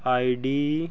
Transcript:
ID